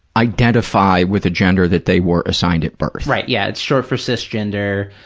identify with the gender that they were assigned at birth. right, yeah. it's short for cisgender.